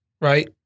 right